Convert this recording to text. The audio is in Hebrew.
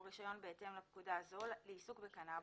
רישיון בהתאם לפקודה זו לעיסוק בקנאבוס,